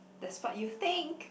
that's part you think